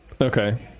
Okay